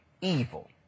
evil